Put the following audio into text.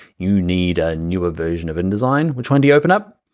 you need a newer version of indesign, which one do you open up?